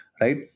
right